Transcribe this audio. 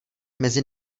mezi